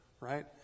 right